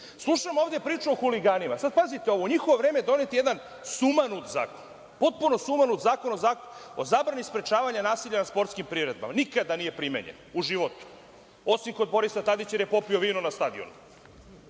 ovde priču o huliganima. Sad, pazite ovo, u njihovo vreme je donet je jedan sumanut zakon, potpuno sumanut Zakon o zabrani sprečavanja nasilja na sportskim priredbama. Nikada nije primenjen u životu, osim kod Borisa Tadića jer je popio vino na stadionu,